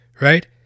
right